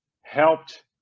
helped